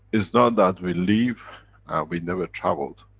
it's not that we leave and we never traveled.